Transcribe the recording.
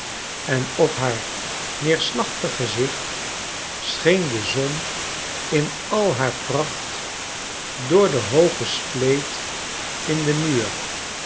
en op haar neerslachtig gezicht scheen de zon in al haar pracht door de hooge spleet in den muur